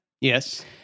Yes